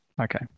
Okay